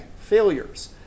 failures